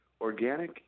Organic